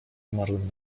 umarłym